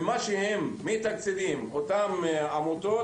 מה שהם מתקצבים למען אותן עמותות,